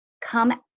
come